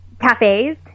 cafes